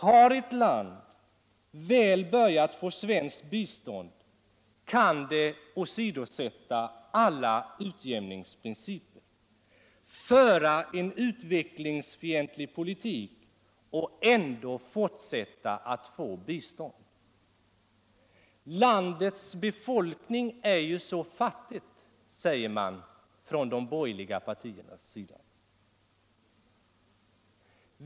Har ett land väl börjat få svenskt bistånd kan det åsidosätta alla utjämningsprinciper, föra en utvecklingsfientlig poliuk och ändå fortsätta med alt få bistånd. Landets befolkning är ju så fattig, säger man från de borgerliga partiernas sida.